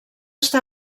està